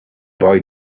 boy